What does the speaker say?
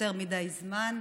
יותר מדי זמן.